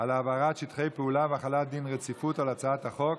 על רצונה להחיל דין רציפות על הצעת החוק.